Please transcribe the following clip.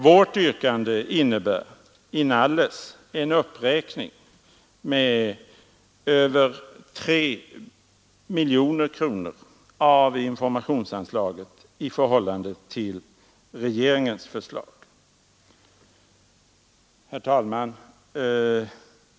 Vårt yrkande innebär inalles en uppräkning av informationsanslaget med över 3 miljoner kronor i förhållande till regeringens förslag. Herr talman!